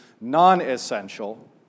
non-essential